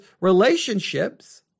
relationships